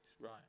right